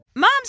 Moms